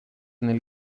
nel